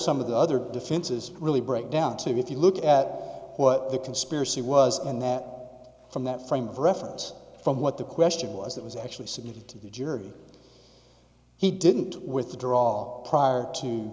some of the other defenses really break down to if you look at what the conspiracy was in that from that frame of reference from what the question was that was actually submitted to the jury he didn't withdraw prior to